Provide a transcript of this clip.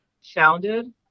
sounded